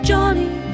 Johnny